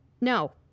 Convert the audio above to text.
No